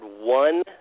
one